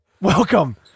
Welcome